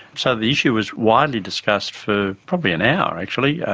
so the issue was widely discussed for probably an hour, actually,